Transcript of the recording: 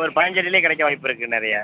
ஒரு பதினைஞ்சி அடியிலேயே கிடைக்க வாய்ப்பிருக்கு நிறைய